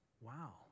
Wow